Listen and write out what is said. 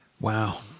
Wow